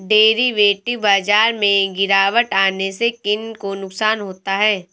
Derivative बाजार में गिरावट आने से किन को नुकसान होता है?